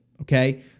okay